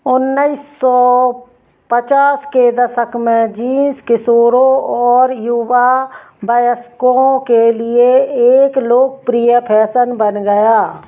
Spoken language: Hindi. उन्नीस सौ पचास के दशक में जीन्स किशोरों और युवा वयस्कों के लिए एक लोकप्रिय फैसन बन गया